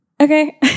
Okay